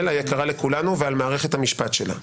היקרה לכולנו ועל מערכת המשפט שלה.